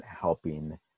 helping